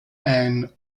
and